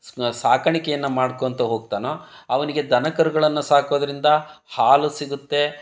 ಸ್ ಸಾಕಾಣಿಕೆಯನ್ನ ಮಾಡ್ಕೊಳ್ತಾ ಹೋಗ್ತಾನೋ ಅವನಿಗೆ ದನ ಕರುಗಳನ್ನು ಸಾಕೋದರಿಂದ ಹಾಲು ಸಿಗುತ್ತೆ